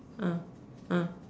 ah ah